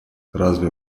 разве